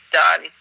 done